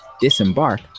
disembark